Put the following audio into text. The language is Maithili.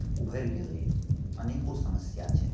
उभरिके एलय हँ अनेको समस्या छै